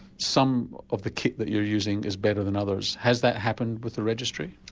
some of the kit that you're using is better than others. has that happened with the registry?